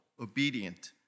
obedient